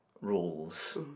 rules